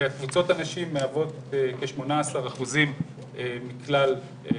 וקבוצות הנשים מהוות כשמונה עשר אחוזים מכלל הקבוצות.